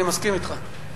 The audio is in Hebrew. אני מסכים אתך.